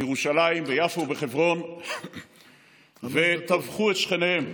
בירושלים, ביפו ובחברון וטבחו את שכניהם.